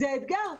זה אתגר,